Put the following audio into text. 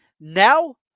Now